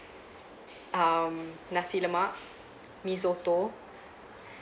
um nasi lemak mee soto